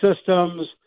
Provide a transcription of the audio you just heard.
systems